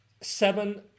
seven